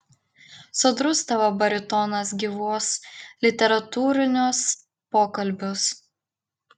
sodrus tavo baritonas gyvuos literatūriniuos pokalbiuos